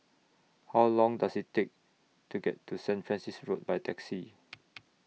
How Long Does IT Take to get to Saint Francis Road By Taxi